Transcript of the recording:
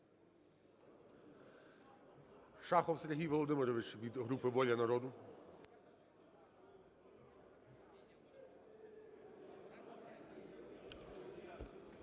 Шахов Сергій Володимирович від групи "Воля народу".